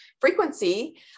frequency